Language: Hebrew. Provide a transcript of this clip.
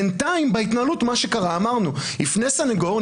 בינתיים בהתנהלות אמרנו שיפנה סנגור,